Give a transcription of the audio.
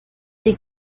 die